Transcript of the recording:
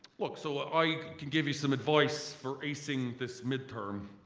look, so i can give you some advice for aceing this midterm